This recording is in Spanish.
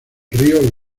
río